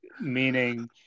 meaning